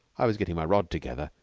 i was getting my rod together,